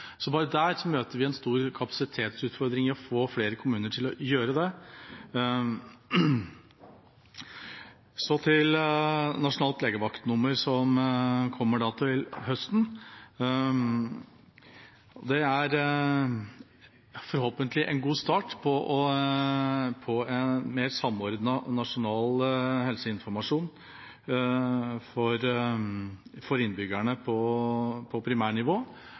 Så bare der møter vi en stor kapasitetsutfordring med å få flere kommuner til å gjøre det. Så til nasjonalt legevaktnummer, som kommer til høsten. Det er forhåpentlig en god start på en mer samordnet nasjonal helseinformasjon for innbyggerne på primærnivå. Da vi var i Skottland, så vi på